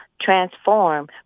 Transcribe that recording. transform